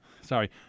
Sorry